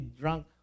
drunk